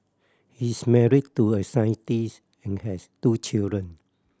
he is married to a scientist and has two children